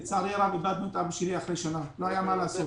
לצערי הרב אבדנו את אבא שלי אחרי שנה כי לא נשאר מה לעשות.